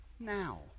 Now